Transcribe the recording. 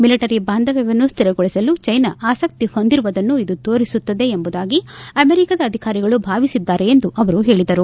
military ಬಾಂಧವ್ಯವನ್ನು ಸ್ಥಿರಗೊಳಸಲು China ಆಸಕ್ತಿ ಹೊಂದಿರುವುದನ್ನು ಇದು ತೋರಿಸುತ್ತದೆ ಎಂಬುದಾಗಿ ಅಮೆರಿಕದ ಅಧಿಕಾರಿಗಳು ಭಾವಿಸಿದ್ದಾರೆ ಎಂದು ಅವರು ಹೇಳಿದರು